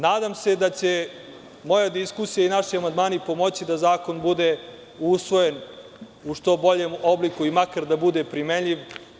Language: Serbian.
Nadam se da će moja diskusija i naši amandmani pomoći da zakon bude usvojen u što boljem obliku i makar da bude primenljiv.